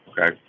Okay